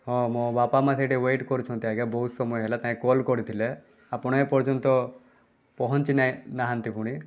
ହଁ ମୋ ବାପା ମା' ସେଇଠି ୱେଟ୍ କରିଛନ୍ତି ଆଜ୍ଞା ବହୁତ ସମୟ ହେଲା ତାଙ୍କେ କଲ୍ କରିଥିଲେ ଆପଣ ଏପର୍ଯ୍ୟନ୍ତ ପହଞ୍ଚି ନାଇ ନାହାନ୍ତି ପୁଣି